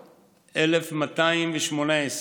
1218,